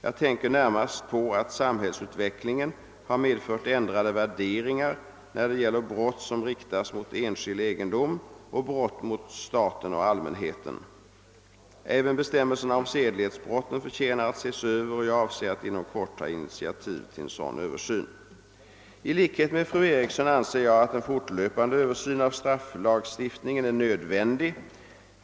Jag tänker närmast på att samhällsutvecklingen har medfört ändrade värderingar när det gäller brott som riktas mot enskild egendom och brott mot staten och allmänheten. Även bestämmelserna om sedlighetsbrotten förtjänar att ses Över, och jag avser att inom kort ta initiativ till en sådan översyn. I likhet med fru Eriksson anser jag att en fortlöpande översyn av strafflagstiftningen är nödvändig.